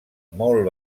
molt